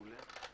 מעולה.